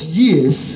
years